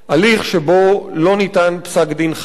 שלא ניתן בו פסק-דין חלוט".